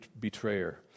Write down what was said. betrayer